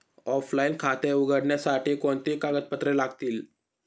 Offline खाते उघडण्यासाठी कोणती कागदपत्रे लागतील?